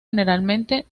generalmente